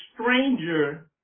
stranger